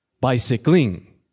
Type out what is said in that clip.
Bicycling